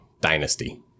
dynasty